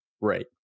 Right